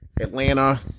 Atlanta